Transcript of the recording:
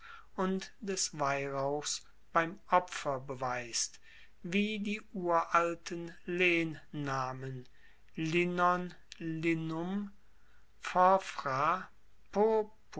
und des weihrauchs beim opfer beweist wie die uralten lehnnamen